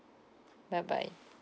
bye bye